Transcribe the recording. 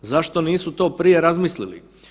Zašto nisu to prije razmislili.